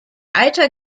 eiter